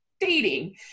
dating